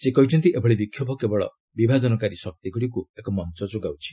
ସେ କହିଛନ୍ତି ଏଭଳି ବିକ୍ଷୋଭ କେବଳ ବିଭାଜନକାରୀ ଶକ୍ତିଗୁଡ଼ିକୁ ଏକ ମଞ୍ଚ ଯୋଗାଉଛି